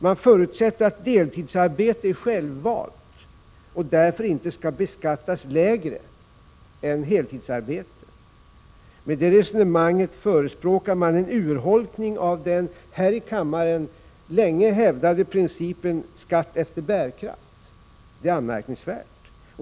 Man förutsätter att deltidsarbete är självvalt och därför inte skall beskattas lägre än heltidsarbete. Med det resonemanget förespråkar man en urholkning av den här i kammaren länge hävdade principen om skatt efter bärkraft. Det är anmärkningsvärt.